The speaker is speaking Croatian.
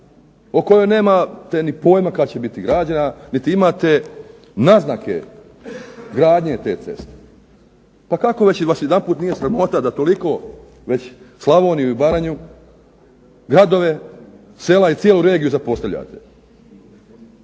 o kojoj nemate ni pojma kad će biti građena niti imate naznake gradnje te ceste. Pa kako već vas jedanput nije sramota da toliko već Slavoniju i Baranju, gradove, sela i cijelu regiju zapostavljate?